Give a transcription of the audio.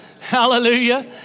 hallelujah